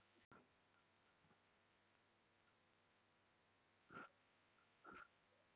ఈ గోగును నాణ్యత బట్టి వర్గీకరిస్తారట రామయ్య